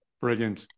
Brilliant